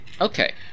Okay